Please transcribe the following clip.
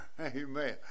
Amen